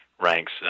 ranks